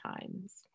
times